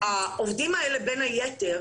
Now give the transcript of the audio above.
העובדים האלה בין היתר,